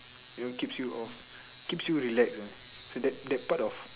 you know keeps you off keeps you relaxed lah so that that part of